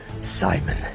Simon